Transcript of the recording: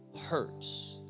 hurts